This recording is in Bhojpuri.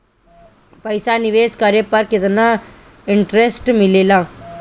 पईसा निवेश करे पर केतना इंटरेस्ट मिलेला?